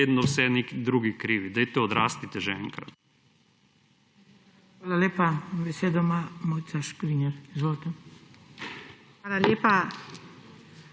so vedno drugi krivi. Dajte, odrastite že enkrat.